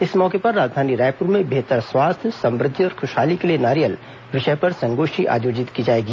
इस मौके पर राजधानी रायपुर में बेहतर स्वास्थ्य समृद्धि और खुशहाली के लिए नारियल विषय पर संगोष्ठी आयोजित की जाएगी